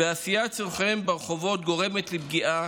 ועשיית צרכיהם ברחובות גורמת לפגיעה